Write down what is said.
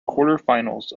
quarterfinals